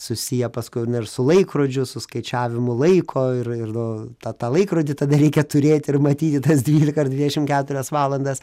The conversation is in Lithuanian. susiję paskui ir na ir su laikrodžiu su skaičiavimu laiko ir ir tą tą laikrodį tada reikia turėti ir matyt tas dvylika ar dvidešim keturias valandas